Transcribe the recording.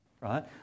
right